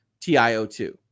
TIO2